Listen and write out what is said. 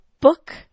book